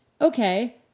okay